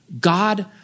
God